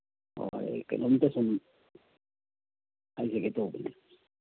ꯍꯣꯏ ꯀꯩꯅꯣꯝꯇ ꯁꯨꯝ ꯍꯥꯏꯖꯒꯦ ꯇꯧꯕꯅꯤ